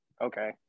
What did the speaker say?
Okay